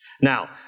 Now